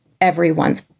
everyone's